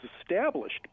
established